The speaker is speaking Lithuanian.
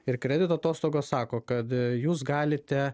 ir kredito atostogos sako kad jūs galite